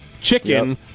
chicken